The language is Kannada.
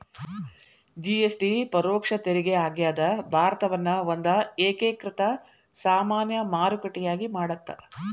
ಜಿ.ಎಸ್.ಟಿ ಪರೋಕ್ಷ ತೆರಿಗೆ ಆಗ್ಯಾದ ಭಾರತವನ್ನ ಒಂದ ಏಕೇಕೃತ ಸಾಮಾನ್ಯ ಮಾರುಕಟ್ಟೆಯಾಗಿ ಮಾಡತ್ತ